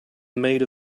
made